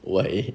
why